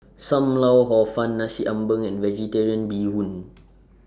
SAM Lau Hor Fun Nasi Ambeng and Vegetarian Bee Hoon